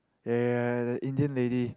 ya ya ya the Indian lady